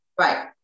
Right